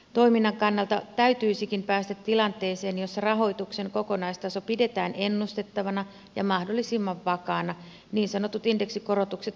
toiminnan kannalta täytyisikin päästä tilanteeseen jossa rahoituksen kokonaistaso pidetään ennustettavana ja mahdollisimman vakaana niin sanotut indeksikorotukset huomioiden